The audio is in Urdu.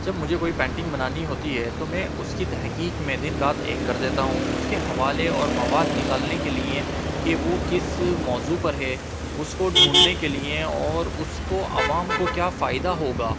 جب مجھے کوئی پینٹںگ بنانی ہوتی ہے تو میں اس کی تحقیق میں دن رات ایک کر دیتا ہوں اس کے حوالے اور مواد نکالنے کے لیے کہ وہ کس موضوع پر ہے اس کو ڈھونڈنے کے لیے اور اس کو عوام کو کیا فائدہ ہوگا